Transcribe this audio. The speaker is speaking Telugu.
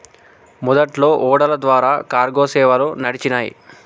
మొదట్లో ఓడల ద్వారా కార్గో సేవలు నడిచినాయ్